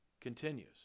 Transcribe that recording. continues